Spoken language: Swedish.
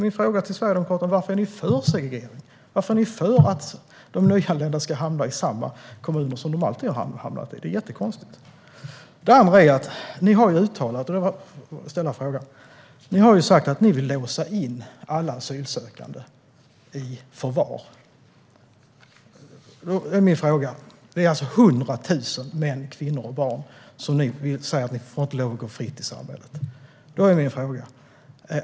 Varför är Sverigedemokraterna för segregering? Varför är ni för att de nyanlända ska hamna i samma kommuner som de alltid har hamnat i? Det är jättekonstigt. Den andra frågan gäller att ni har sagt att ni vill låsa in alla asylsökande i förvar. Det är alltså fråga om 100 000 män, kvinnor och barn som inte ska få röra sig fritt i samhället.